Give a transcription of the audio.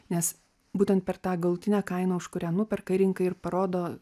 nes būtent per tą galutinę kainą už kurią nuperka rinkai ir parodo